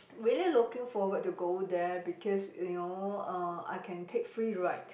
really looking forward to go there because you know uh I can take free ride